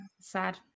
sad